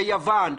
ביוון,